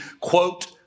quote